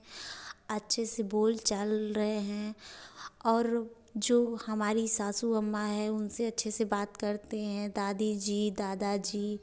अच्छे से बोल चाल रहे हैं और जो हमारी सासू अम्मा हैं उनसे अच्छे से बात करते हैं दादी जी दादा जी